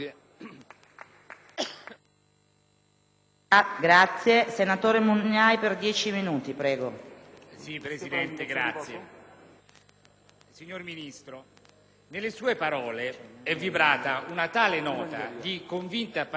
Signor Ministro, nelle sue parole è vibrata una tale nota di convinta e appassionata partecipazione